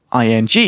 ing